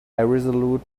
irresolute